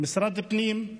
למשרד הפנים,